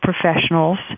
professionals